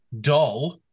dull